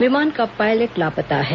विमान का पायलट लापता है